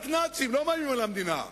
לא מאיימים על המדינה.